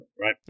right